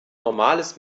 normales